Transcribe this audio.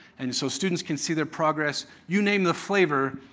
and so students can see their progress. you name the flavor,